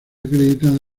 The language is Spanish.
acreditada